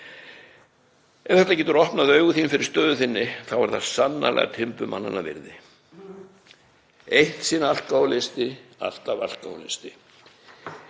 Ef þetta getur opnað augu þín fyrir stöðu þinni þá er það sannarlega timburmannanna virði. Eitt sinn alkóhólisti, alltaf alkóhólisti.